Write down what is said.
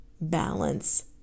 balance